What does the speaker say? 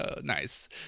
nice